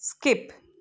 skip